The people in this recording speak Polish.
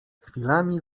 chwilami